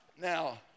Now